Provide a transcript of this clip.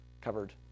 covered